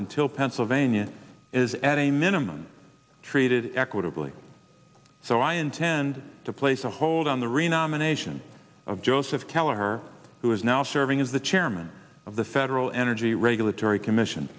until pennsylvania is at a minimum treated equitably so i intend to place a hold on the renomination of joseph keller who is now serving as the chairman of the federal energy regulatory commission